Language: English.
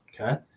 okay